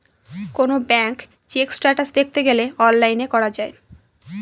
কোনো bank check status দেখতে গেলে অনলাইনে করা যায়